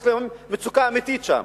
שיש להם מצוקה אמיתית שם,